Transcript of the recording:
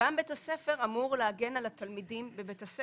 גם בית הספר אמורים להגן על התלמידים בבית הספר,